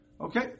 Okay